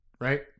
Right